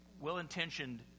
well-intentioned